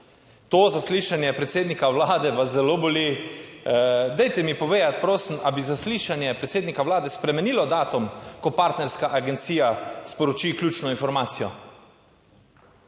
To zaslišanje predsednika Vlade vas zelo boli. Dajte mi povedati prosim, ali bi zaslišanje predsednika Vlade spremenilo datum, ko partnerska agencija sporoči ključno informacijo?